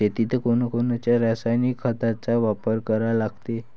शेतीत कोनच्या रासायनिक खताचा वापर करा लागते?